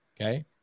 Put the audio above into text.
Okay